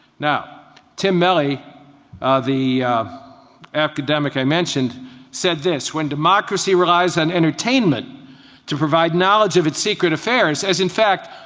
now tim melley of the academic i mentioned said this. when democracy relies on entertainment to provide knowledge of secret affairs, as, in fact,